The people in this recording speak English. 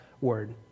word